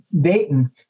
Dayton